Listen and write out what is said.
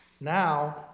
Now